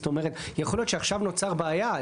זאת אומרת יכול להיות שעכשיו נוצרת בעיה,